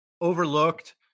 overlooked